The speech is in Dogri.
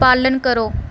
पालन करो